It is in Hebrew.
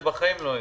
זה בחיים לא יהיה.